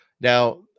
Now